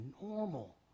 normal